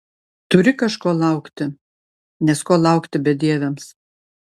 turi kažko laukti nes ko laukti bedieviams